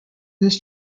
this